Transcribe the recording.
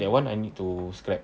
that [one] I need to scrap